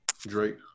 drake